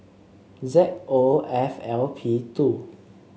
Z O F L P two